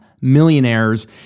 millionaires